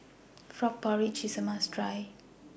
Frog Porridge IS A must Try